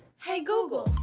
hey google.